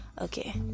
okay